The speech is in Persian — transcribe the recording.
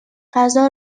غذا